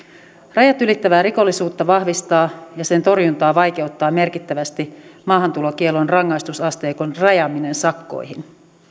rajat ylittävää rikollisuutta vahvistaa ja sen torjuntaa vaikeuttaa merkittävästi maahantulokiellon rangaistusasteikon rajaaminen sakkoihin